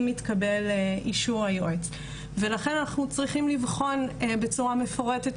אם מתקבל אישור היועץ ולכן אנחנו צריכים לבחון בצורה מפורטת